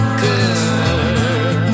girl